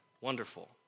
Wonderful